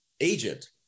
agent